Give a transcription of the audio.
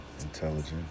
intelligent